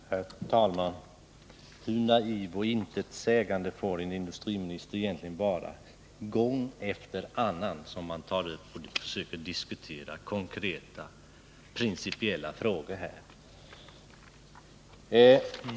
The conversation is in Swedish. Herr talman! Hur naiva och intetsägande svar får en industriminister egentligen ge gång efter annan, när vi försöker diskutera konkreta, principiella frågor?